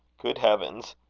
good heavens!